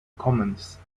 commerce